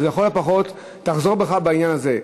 אז לכל הפחות תחזור בך בעניין הזה.